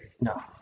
No